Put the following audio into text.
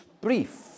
brief